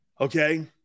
Okay